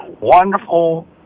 wonderful